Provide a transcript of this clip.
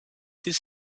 his